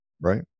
right